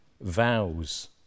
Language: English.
vows